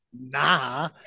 Nah